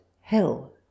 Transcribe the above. hell